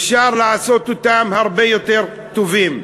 אפשר לעשות אותם הרבה יותר טובים.